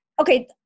okay